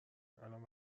الان